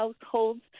households